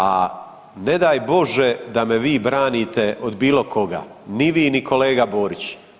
A ne daj Bože da me vi branite od bilo koga, ni vi ni kolega Borić.